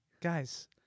guys